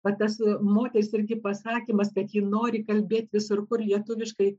vat tas moters irgi pasakymas kad ji nori kalbėti visur kur lietuviškai